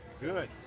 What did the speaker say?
Good